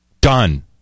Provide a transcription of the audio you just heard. Done